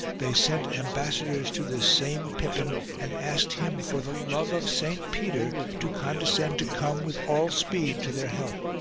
they sent am bassadors to this same pippin, and asked him for the love of saint peter to condescend to come with all speed to their help.